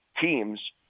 teams